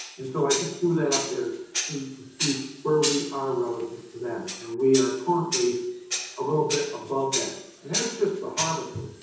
and so i just threw that up there so you can see where we are relative to that. and we are currently a little bit above that, and that's just the harvest rate.